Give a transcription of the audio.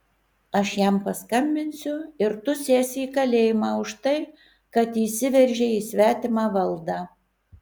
aš jam paskambinsiu ir tu sėsi į kalėjimą už tai kad įsiveržei į svetimą valdą